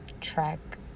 track